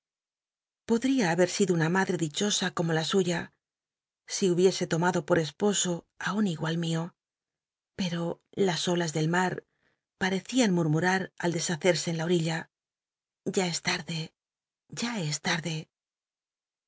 ria haber sido una matlrc dichosa como la suya si hubiese lomado por esposo á un igual mio pcro las olas del mar parecían murmurar al dcsháccrsc en la orilla ya es larde ya es lardel